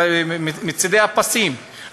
מצדי הפסים,